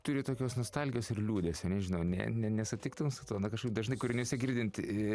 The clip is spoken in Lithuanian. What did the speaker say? turi tokios nostalgijos ir liūdesio nežinau ne ne nesutiktum su tuo na kažkaip dažnai kūriniuose girdint